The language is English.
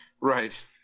right